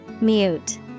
Mute